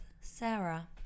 Sarah